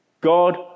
God